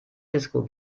disco